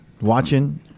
Watching